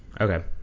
Okay